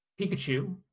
Pikachu